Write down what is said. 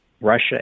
Russia